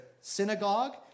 synagogue